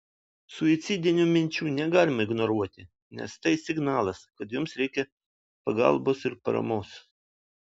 suicidinių minčių negalima ignoruoti nes tai signalas kad jums reikia pagalbos ir paramos